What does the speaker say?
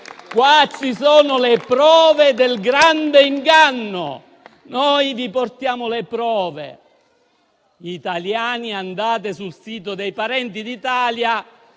Qua ci sono le prove del grande inganno. Noi vi portiamo le prove. Italiani andate sul sito dei parenti d'Italia,